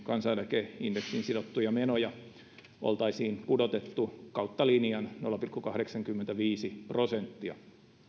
kansaneläkeindeksiin sidottuja menoja oltaisiin pudotettu kautta linjan nolla pilkku kahdeksankymmentäviisi prosenttia